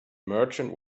merchant